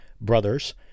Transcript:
Brothers